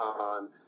on